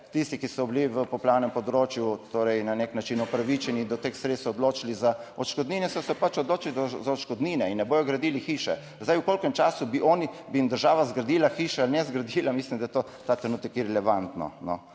tisti, ki so bili v poplavnem področju, torej na nek način upravičeni do teh sredstev, odločili za odškodnine, so se pač odločili za odškodnine in ne bodo gradili hiše. Zdaj v kolikem času bi jim država zgradila hišo? Ne zgradila. Mislim, da je to ta trenutek irelevantno.